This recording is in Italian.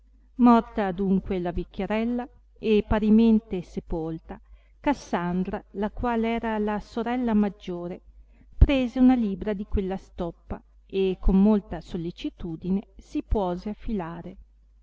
morta adunque la vecchiarella e parimente sepolta cassandra la qual era la sorella maggiore prese una libra di quella stoppa e con molta sollecitudine si puose a filare